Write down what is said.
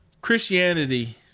Christianity